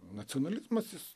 nacionalizmas jis